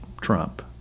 Trump